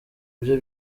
bye